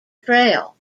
trail